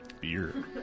Beer